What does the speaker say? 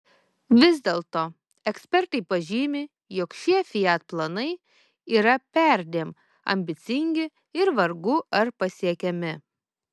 vis dėlto ekspertai pažymi jog šie fiat planai yra perdėm ambicingi ir vargu ar pasiekiami